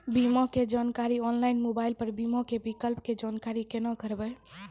बीमा के जानकारी ऑनलाइन मोबाइल पर बीमा के विकल्प के जानकारी केना करभै?